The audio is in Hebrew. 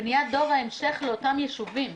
בניית דור ההמשך לאותם יישובים.